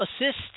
assist